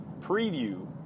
preview